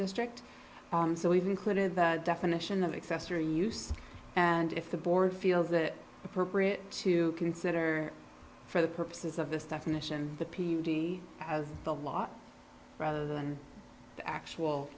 district so we've included the definition of accessory use and if the board feels that appropriate to consider for the purposes of this definition the p m t of the law rather than the actual